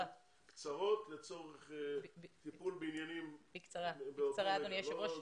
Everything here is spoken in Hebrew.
קצרות לצורך טיפול בעניינים באותו רגע.